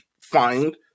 find